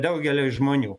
daugeliui žmonių